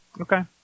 Okay